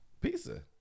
Pizza